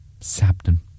Sabden